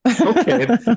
Okay